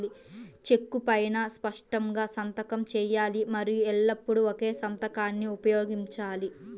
చెక్కు పైనా స్పష్టంగా సంతకం చేయాలి మరియు ఎల్లప్పుడూ ఒకే సంతకాన్ని ఉపయోగించాలి